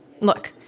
look